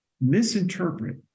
misinterpret